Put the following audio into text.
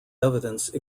evidence